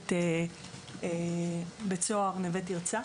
מפקדת בית סוהר נווה תרצה,